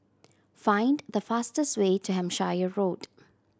find the fastest way to Hampshire Road